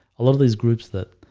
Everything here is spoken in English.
a lot of these groups that